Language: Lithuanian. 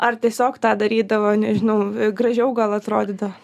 ar tiesiog tą darydavo nežinau gražiau gal atrodydavo